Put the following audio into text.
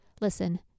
Listen